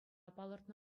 палӑртнӑ